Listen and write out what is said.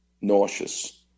nauseous